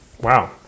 Wow